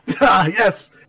Yes